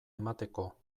emateko